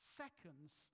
seconds